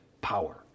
power